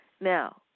Now